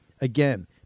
Again